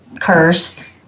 cursed